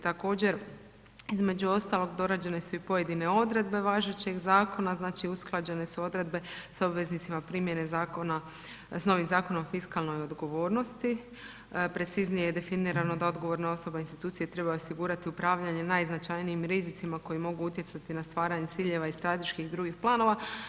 Također, između ostalog dorađene su pojedine odredbe važećeg zakona, znači usklađene su odredbe sa obveznicima primjene s novim Zakonom o fiskalnoj odgovornosti, preciznije je definirano da odgovorna osoba i institucije trebaju osigurati upravljanje najznačajnijim rizicima koji mogu utjecati na stvaranje ciljeva i strateških drugih planova.